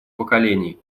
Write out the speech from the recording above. поколений